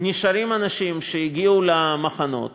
נשארים אנשים שהגיעו למחנות